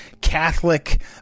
Catholic